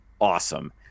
awesome